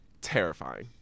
terrifying